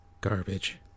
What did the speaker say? garbage